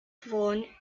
vaughan